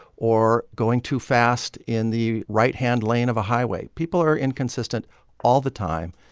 or going too fast in the right-hand lane of a highway. people are inconsistent all the time.